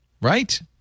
right